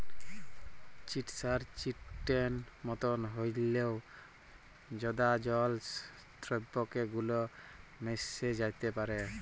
chitosan চিটনের মতন হঁল্যেও জঁদা জল দ্রাবকে গুল্যে মেশ্যে যাত্যে পারে